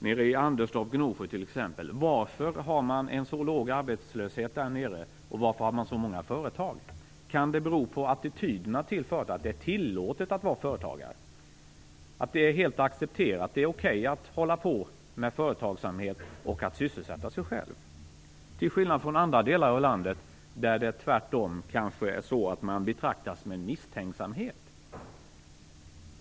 Varför har man i t.ex. Anderstorp och Gnosjö en så låg arbetslöshet, och varför har man så många företag? Kan det bero på attityderna till företagandet, att det är tillåtet att vara företagare, att det är helt accepterat att hålla på med företagsamhet och att sysselsätta sig själv? I andra delar av landet kan det tvärtom vara så att man betraktas med misstänksamhet.